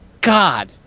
God